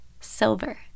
silver